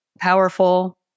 powerful